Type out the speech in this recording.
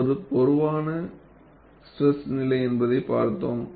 இது ஒரு பொதுவான ஸ்ட்ரெஸ் நிலை என்பதை பார்ப்போம்